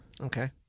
Okay